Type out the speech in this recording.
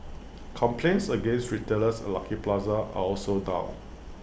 complaints against retailers at Lucky Plaza are also down